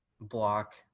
block